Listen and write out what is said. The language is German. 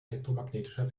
elektromagnetischer